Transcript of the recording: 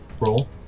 Roll